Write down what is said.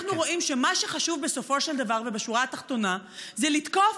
אנחנו רואים שמה שחשוב בסופו של דבר ובשורה התחתונה זה לתקוף